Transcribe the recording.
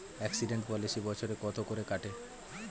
Accident policy বছরে কত করে কাটে?